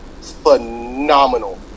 phenomenal